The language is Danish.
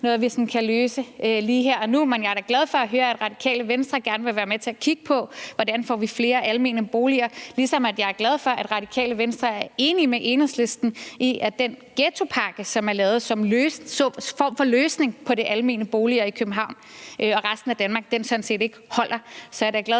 noget, vi kan løse sådan lige her og nu. Men jeg er da glad for at høre, at Radikale Venstre gerne vil være med til at kigge på, hvordan vi får flere almene boliger, ligesom jeg er glad for, at Radikale Venstre er enige med Enhedslisten i, at den ghettopakke, som er lavet som en form for løsning i forhold til de almene boliger i København og resten af Danmark, sådan set ikke holder. Så jeg er da glad